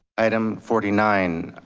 item forty nine,